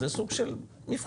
זה סוג של מבחן,